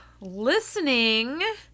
listening